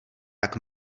tak